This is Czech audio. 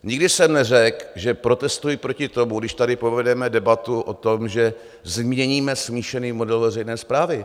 Nikdy jsem neřekl, že protestuji proti tomu, když tady povedeme debatu o tom, že změníme smíšený model veřejné správy.